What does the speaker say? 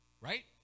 Right